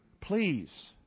please